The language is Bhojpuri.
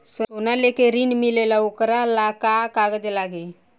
सोना लेके ऋण मिलेला वोकरा ला का कागज लागी?